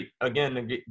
again